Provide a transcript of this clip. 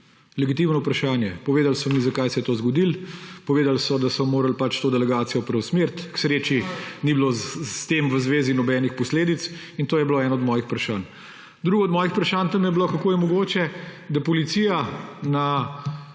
Legitimno vprašanje. Povedali so mi, zakaj se je to zgodilo, povedali so, da so morali pač to delegacijo preusmeriti. K sreči ni bilo s tem v zvezi nobenih posledic in to je bilo eno od mojih vprašanj. Drugo od mojih vprašanj tam je bilo, kako je mogoče, da policija na